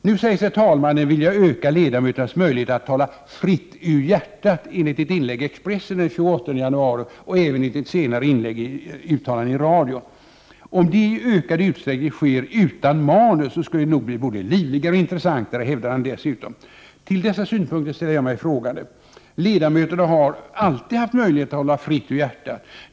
Nu säger sig talmannen vilja öka ledamöternas möjligheter att tala ”fritt ur hjärtat” enligt ett inlägg i Expressen den 28 januari och även enligt senare uttalanden i radio. Om detta i ökad utsträckning sker utan manus skulle det nog bli både livligare och intressantare, hävdar han dessutom. Till dessa synpunkter ställer jag mig frågande. Ledamöterna har alltid haft möjlighet att tala fritt ur hjärtat.